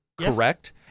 Correct